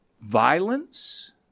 violence